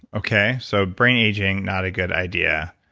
okay. so brain aging, not a good idea.